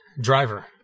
Driver